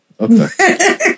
Okay